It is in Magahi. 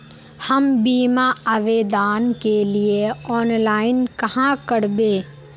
हम बीमा आवेदान के लिए ऑनलाइन कहाँ करबे?